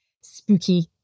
spooky